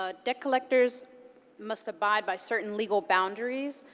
ah debt collectors must abide by certain legal boundaries,